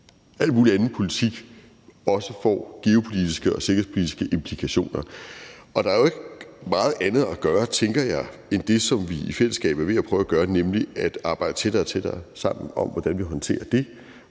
al mulig anden politik også får geopolitiske og sikkerhedspolitiske implikationer. Og der er jo ikke meget andet at gøre, tænker jeg, end det, som vi i fællesskab er ved at prøve at gøre, nemlig at arbejde tættere og tættere sammen om, hvordan vi håndterer det,